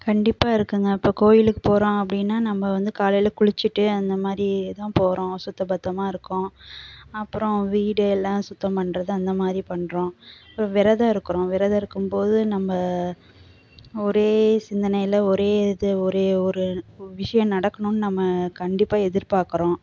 கண்டிப்பாக இருக்குங்க இப்போ கோயிலுக்கு போகிறோம் அப்படின்னா நம்ம வந்து காலையில் குளிச்சுட்டு அந்த மாதிரிதான் போகிறோம் சுத்த பத்தமாக இருக்கோம் அப்புறம் வீடு எல்லாம் சுத்தம் பண்ணுறது அந்த மாதிரி பண்ணுறோம் இப்போ விரதம் இருக்கிறோம் விரதம் இருக்கும்போது நம்ம ஒரே சிந்தனையில் ஒரே இதை ஒரே ஒரு விஷயம் நடக்குணுன்னு நம்ம கண்டிப்பாக எதிர்பார்க்குறோம்